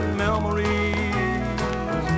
memories